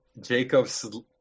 Jacob's